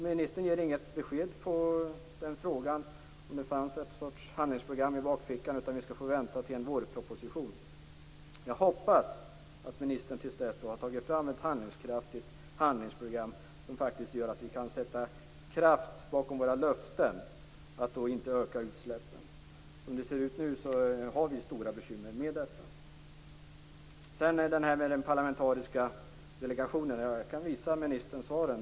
Ministern ger inget besked på frågan om det finns någon sorts handlingsprogram i bakfickan utan säger att vi skall få vänta tills vårpropositionen läggs fram. Jag hoppas att ministern till dess har tagit fram ett handlingskraftigt handlingsprogram som gör att vi kan sätta kraft bakom våra löften att inte öka utsläppen. Som det ser ut nu har vi stora bekymmer med detta. När det sedan gäller den parlamentariska delegationen kan jag visa ministern svaren.